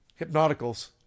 hypnoticals